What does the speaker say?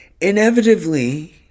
inevitably